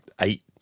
eight